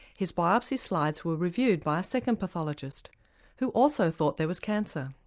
his biopsy slides were reviewed by a second pathologist who also thought there was cancer.